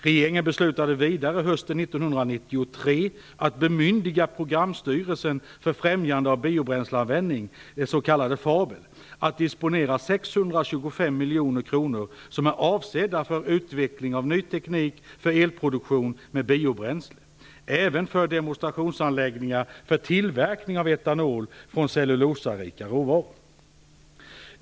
Regeringen beslutade vidare hösten 1993 att bemyndiga Programstyrelsen för främjande av biobränsleanvändning, den s.k. FABEL, att disponera de 625 miljoner kronor som var avsedda för utveckling av ny teknik för elproduktion med biobränsle, även för demonstrationsanläggningar för tillverkning av etanol från cellulosarika råvaror.